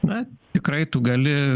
na tikrai tu gali